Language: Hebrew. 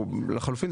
או לחלופין,